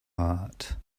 heart